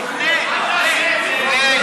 זה לפני שהוא היה יו"ר סיעה.